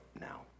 now